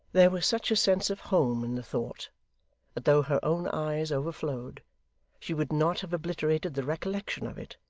there was such a sense of home in the thought, that though her own eyes overflowed she would not have obliterated the recollection of it,